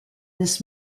this